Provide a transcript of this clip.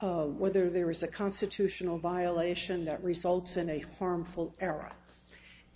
whether there is a constitutional violation that results in a harmful era